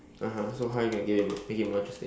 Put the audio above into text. (uh huh) so how you gonna give it more make it more interesting